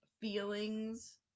feelings